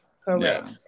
Correct